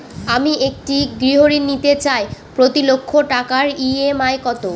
আমি একটি গৃহঋণ নিতে চাই প্রতি লক্ষ টাকার ই.এম.আই কত?